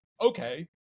okay